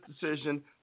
decision